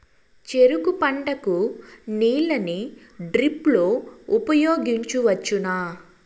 చెరుకు పంట కు నీళ్ళని డ్రిప్ లో ఉపయోగించువచ్చునా?